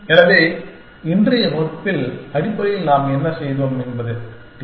எனவே இன்றைய வகுப்பில் அடிப்படையில் நாம் என்ன செய்தோம் என்பது டி